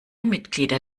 mitglieder